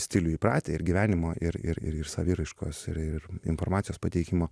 stilių įpratę ir gyvenimo ir ir ir saviraiškos ir ir informacijos pateikimo